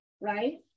right